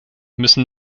müssen